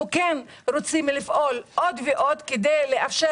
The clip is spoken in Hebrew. אנחנו רוצים לפעול עוד ועוד כדי לאפשר